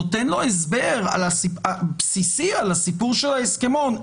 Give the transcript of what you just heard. נותן לו הסבר בסיסי על הסיפור של ההסכמון?